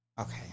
okay